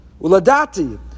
Uladati